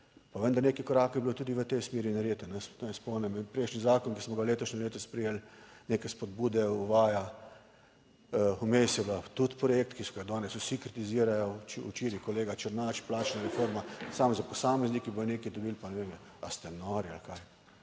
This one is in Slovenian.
pa vendar, nekaj korakov je bilo tudi v tej smeri narejene. Naj spomnim, prejšnji zakon, ki smo ga v letošnjem letu sprejeli, neke spodbude uvaja, vmes je bila tudi projekt, ki ga danes vsi kritizirajo, včeraj kolega Černač, plačna reforma, samo posamezniki bodo nekaj dobili, pa ne vem ali ste nori ali kaj?